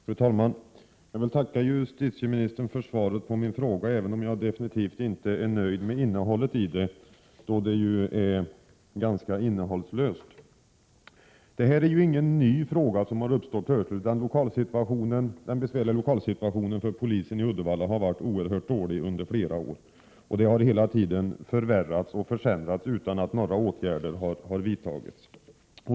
Fru talman! Jag vill tacka justitieministern för svaret på min fråga, även om jag definitivt inte är nöjd med det, då det ju är ganska innehållslöst. Det här är ju ingen ny fråga som plötsligt har uppstått, utan lokalsituationen för polisen i Uddevalla har varit oerhört dålig och besvärlig under flera år. Situationen har hela tiden förvärrats, utan att några åtgärder har vidtagits.